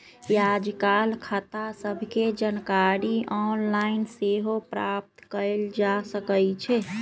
याजकाल खता सभके जानकारी ऑनलाइन सेहो प्राप्त कयल जा सकइ छै